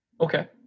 Okay